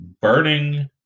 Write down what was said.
burning